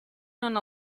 non